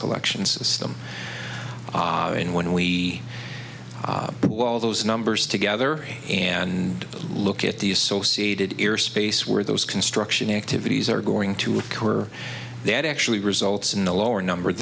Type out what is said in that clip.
collection system and when we all those numbers together and look at the associated airspace where those construction activities are going to occur that actually results in the lower number